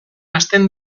hasten